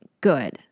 good